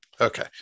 Okay